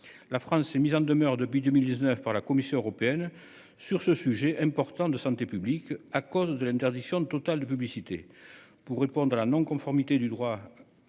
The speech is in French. La France s'est mise en demeure depuis 2019 par la Commission européenne sur ce sujet important de santé publique à cause de l'interdiction totale de publicité pour répondre à la non-conformité du droit.